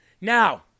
Now